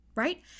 right